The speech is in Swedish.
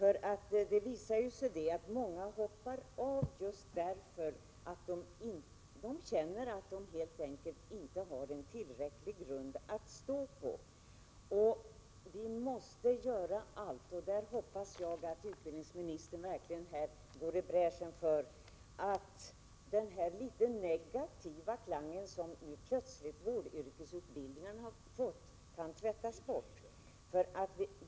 Många elever hoppar av just därför att de känner att de helt enkelt inte har en tillräcklig grund att stå på. Vi måste göra allt — jag hoppas att utbildningsministern här verkligen går i bräschen — för att den negativa klang som vårdutbildningen plötsligt har fått försvinner.